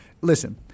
Listen